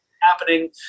happening